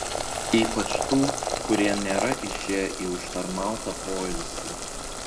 ypač tų kurie nėra išėję į užtarnautą poilsį